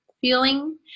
feeling